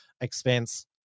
expense